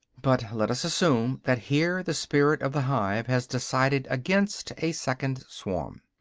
but let us assume that here the spirit of the hive has decided against a second swarm.